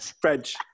French